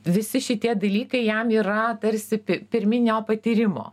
visi šitie dalykai jam yra tarsi pirminio patyrimo